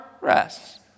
rest